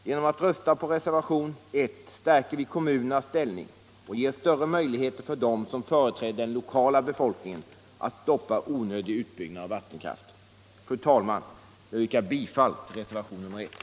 Genom att rösta på reservationen 1 stärker vi kommunernas ställning och ger större möjlighet för dem som företräder den lokala befolkningen att stoppa onödig utbyggnad av vattenkraft. Fru talman! Jag yrkar bifall till reservationen 1.